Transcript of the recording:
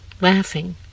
laughing